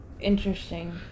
interesting